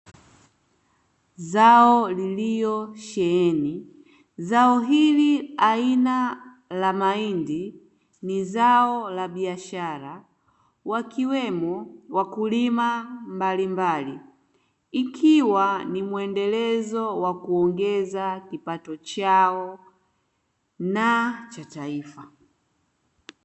Zao lililosheheni, zao hili aina la mahindi ni zao la biashara wakiwemo wakulima mbalimbali ikiwa ni muendelezo wa kuongeza kipato chao na cha taifa.